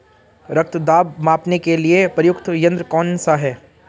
रक्त दाब मापने के लिए प्रयुक्त यंत्र कौन सा है?